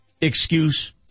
Excuse